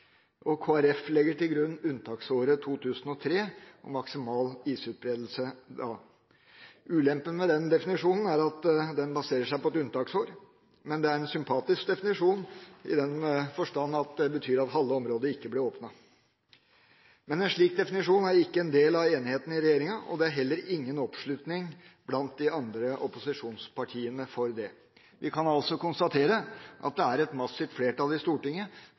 Kristelig Folkeparti legger til grunn unntaksåret 2003, om maksimal isutbredelse da. Ulempen med den definisjonen er at den baserer seg på et unntaksår, men det er en sympatisk definisjon i den forstand at det betyr at halve området ikke blir åpnet. Men en slik definisjon er ikke en del av enigheten i regjeringa, og det er heller ingen oppslutning blant de andre opposisjonspartiene for det. Vi kan altså konstatere at det er et massivt flertall i Stortinget